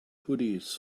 hoodies